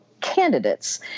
candidates